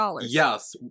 Yes